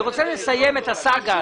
אני רוצה לסיים את הסאגה הזאת.